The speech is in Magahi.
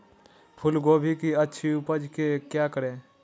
फूलगोभी की अच्छी उपज के क्या करे?